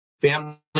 family